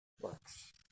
works